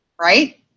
right